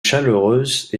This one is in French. chaleureuse